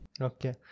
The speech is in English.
okay